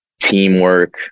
teamwork